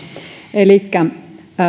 elikkä